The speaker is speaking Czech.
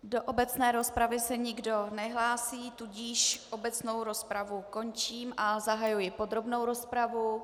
Do obecné rozpravy se nikdo nehlásí, tudíž obecnou rozpravu končím a zahajuji podrobnou rozpravu.